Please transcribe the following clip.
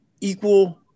equal